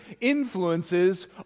influences